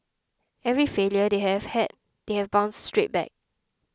every failure they have had they have bounced straight back